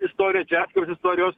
istoriją čia atskiros istorijos